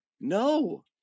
no